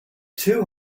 two